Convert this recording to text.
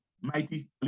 Mighty